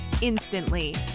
instantly